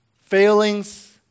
Failings